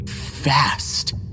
fast